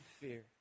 fear